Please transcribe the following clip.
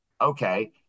Okay